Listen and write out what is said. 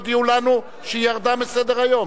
הודיעו לנו שהיא ירדה מסדר-היום.